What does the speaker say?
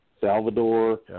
Salvador